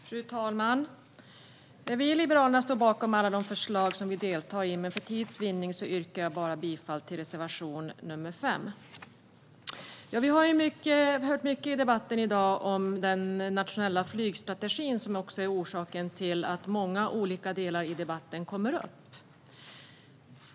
Fru talman! Vi i Liberalerna står bakom alla förslag som vi deltar i. För tids vinning yrkar jag bifall bara till reservation 5. Vi har hört mycket i debatten i dag om den nationella flygstrategin. Det är också bakgrunden till några av de diskussionspunkter som kommer upp i debatten.